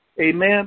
Amen